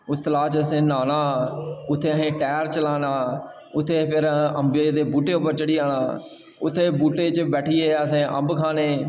उस तलाऽ च असें न्हाना उत्थें असें टैर चलाना उत्थें फिर अम्बे दे बूह्टे उप्पर चढ़ी जाना उत्थें बूह्टे च बैठियै असें अम्ब खाने